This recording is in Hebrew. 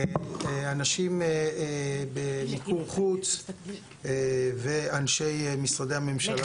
אנשים בביקור חוץ ואנשי משרדי הממשלה